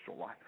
life